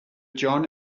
john